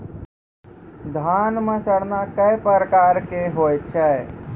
धान म सड़ना कै प्रकार के होय छै?